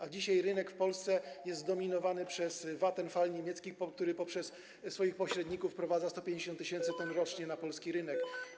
A dzisiaj rynek w Polsce jest zdominowany przez niemiecki Vattenfall, który poprzez swoich pośredników wprowadza 150 tys. t rocznie na polski rynek.